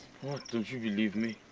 what, don't you believe me?